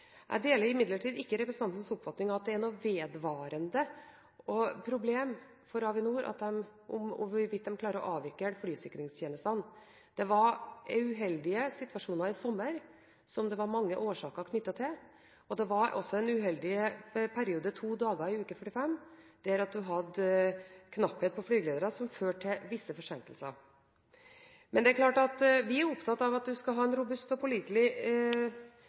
Jeg deler imidlertid ikke representantens oppfatning av at det er noe vedvarende problem for Avinor hvorvidt de klarer å avvikle flysikringstjenestene. Det var uheldige situasjoner i sommer, som det var mange årsaker knyttet til. Det var også en uheldig periode to dager i uke 45, da man hadde knapphet på flygeledere, noe som førte til visse forsinkelser. Vi er opptatt av at vi skal ha en robust og pålitelig